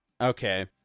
Okay